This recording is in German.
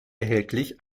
erhältlich